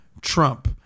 Trump